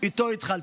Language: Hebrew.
שאיתו התחלתי: